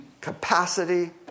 capacity